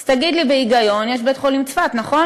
אז תגיד לי בהיגיון: יש בית-חולים בצפת, נכון?